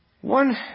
One